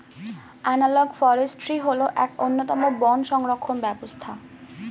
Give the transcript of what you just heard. analogue forestry হল এক অন্যতম বন সংরক্ষণ ব্যবস্থা